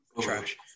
trash